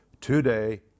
today